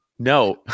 No